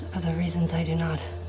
other reasons, i do not.